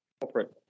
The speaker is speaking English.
Corporate